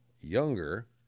younger